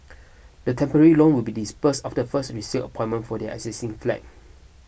the temporary loan will be disbursed after the first resale appointment for their existing flat